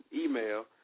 email